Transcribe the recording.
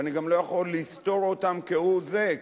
ואני גם לא יכול לסתור אותם כהוא זה,